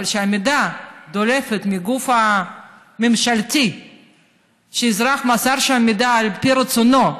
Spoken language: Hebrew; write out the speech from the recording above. אבל כשהמידע דולף מגוף ממשלתי שאזרח מסר לו מידע על פי רצונו,